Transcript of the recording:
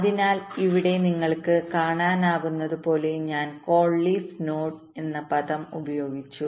അതിനാൽ ഇവിടെ നിങ്ങൾക്ക് കാണാനാകുന്നതുപോലെ ഞാൻ കോൾ ലീഫ് നോഡ് എന്ന പദം ഉപയോഗിച്ചു